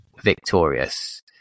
Victorious